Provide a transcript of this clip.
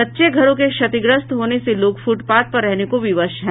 कच्चे घरों के क्षतिग्रस्त होने से लोग फुटपाथ पर रहने को विवश हैं